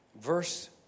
verse